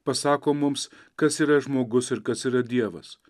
pasako mums kas yra žmogus ir kas yra dievas